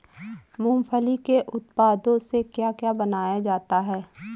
मूंगफली के उत्पादों से क्या क्या बनाया जाता है?